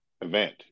event